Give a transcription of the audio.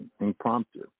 impromptu